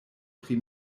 pri